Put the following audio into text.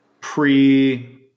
pre